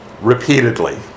Repeatedly